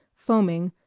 foaming,